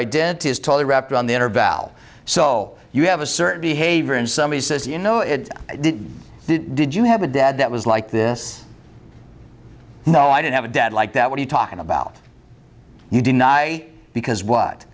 identity is totally wrapped around the inner valve so you have a certain behavior and somebody says you know it did you have a dad that was like this no i didn't have a debt like that what are you talking about you deny because what